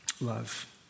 Love